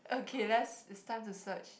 okay let's is time to search